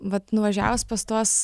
vat nuvažiavus pas tuos